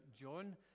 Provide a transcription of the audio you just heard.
John